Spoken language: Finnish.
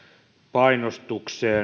painostukseen